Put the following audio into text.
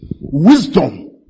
Wisdom